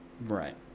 Right